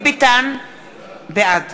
בעד